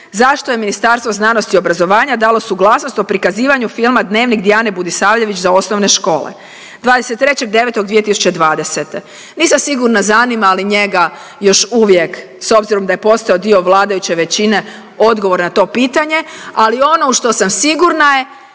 zašto je Ministarstvo znanosti i obrazovanja dalo suglasnost o prikazivanju filma Dnevnik Dijane Budisavljević za osnovne škole, 23.9.20020. Nisam sigurna zanimali li njega još uvijek, s obzirom da je postao dio vladajuće većine, odgovor na to pitanje, ali ono u što sam sigurna je